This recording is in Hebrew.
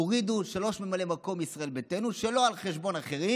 הורידו שלושה ממלאי מקום מישראל ביתנו שלא על חשבון אחרים,